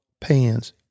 pans